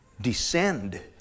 descend